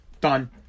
Done